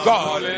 God